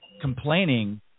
complaining